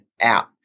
out